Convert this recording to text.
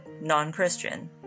non-Christian